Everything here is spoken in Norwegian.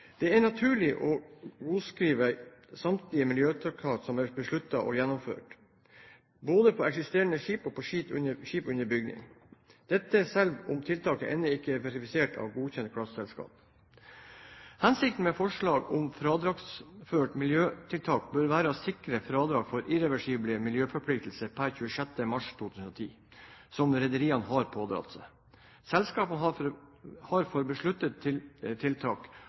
naturlig å godskrive samtlige miljøtiltak som er besluttet og gjennomført på både eksisterende skip og skip under bygging, selv om tiltaket enda ikke er verifisert av godkjent klasseselskap. Hensikten med forslaget om å fradragsføre miljøtiltak bør være å sikre fradrag for irreversible miljøforpliktelser per 26. mars 2010 som rederiene har pådratt seg. Selskapene har for besluttede tiltak og tiltak